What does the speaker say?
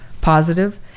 positive